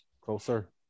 closer